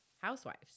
housewives